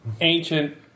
ancient